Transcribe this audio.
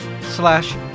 slash